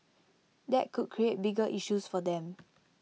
that could create bigger issues for them